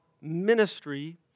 ministry